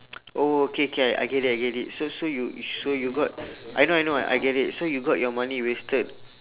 oh okay can I get it I get it so so you so you got I know I know I get it so you got your money wasted